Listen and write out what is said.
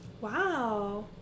Wow